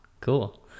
Cool